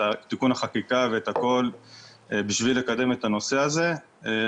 את תיקון החקיקה ואת הכל כדי לקדם את הנושא הזה.